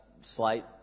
slight